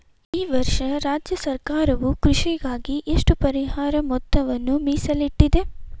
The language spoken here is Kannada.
ಈ ವರ್ಷ ರಾಜ್ಯ ಸರ್ಕಾರವು ಕೃಷಿಗಾಗಿ ಎಷ್ಟು ಪರಿಹಾರ ಮೊತ್ತವನ್ನು ಮೇಸಲಿಟ್ಟಿದೆ?